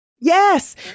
Yes